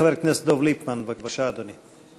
חבר הכנסת דב ליפמן, בבקשה, אדוני.